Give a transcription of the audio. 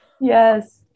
yes